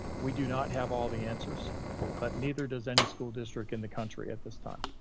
we do not have all the answers but neither does any school district in the country at this time.